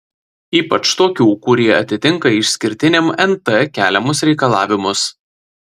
ypač tokių kurie atitinka išskirtiniam nt keliamus reikalavimus